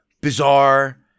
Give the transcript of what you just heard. bizarre